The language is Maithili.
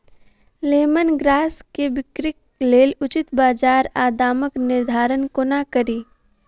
लेमन ग्रास केँ बिक्रीक लेल उचित बजार आ दामक निर्धारण कोना कड़ी?